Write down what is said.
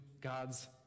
God's